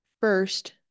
first